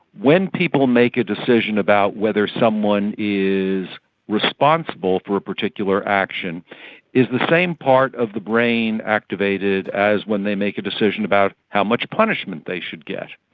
when people make a decision about whether someone is responsible for a particular action is the same part of the brain activated as when they make a decision about how much punishment they should get.